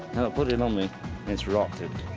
put it on me and it's rotted.